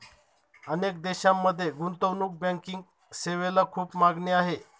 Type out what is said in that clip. अनेक देशांमध्ये गुंतवणूक बँकिंग सेवेला खूप मागणी आहे